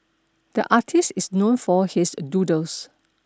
the artist is known for his doodles